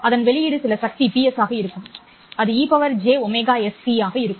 அதன் வெளியீடு சில சக்தி Ps ஆக இருக்கும் அது e jωst ஆக இருக்கும்